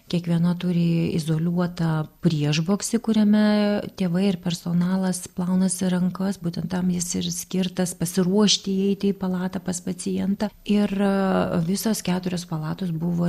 kiekviena turi izoliuotą priešboksį kuriame tėvai ir personalas plaunasi rankas būtent tam jis ir skirtas pasiruošti įeiti į palatą pas pacientą ir visos keturios palatos buvo